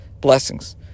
blessings